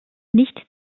nicht